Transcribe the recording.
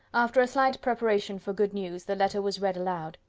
after a slight preparation for good news, the letter was read aloud.